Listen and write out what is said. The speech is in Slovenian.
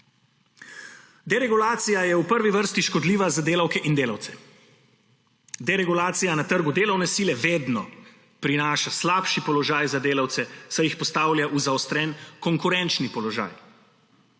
Deregulacija je v prvi vrsti škodljiva za delavke in delavce. Deregulacija na trgu delovne sile vedno prinaša slabši položaj za delavce, saj jih postavlja v zaostren konkurenčni položaj.